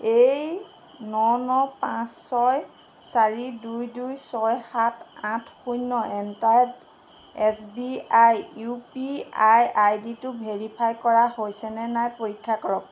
এই ন ন পাঁচ ছয় চাৰি দুই দুই ছয় সাত আঠ শূন্য at the rate S B I U P I I ডিটো ভেৰিফাই কৰা হৈছেনে নাই পৰীক্ষা কৰক